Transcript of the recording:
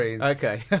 Okay